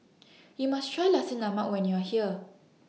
YOU must Try Nasi Lemak when YOU Are here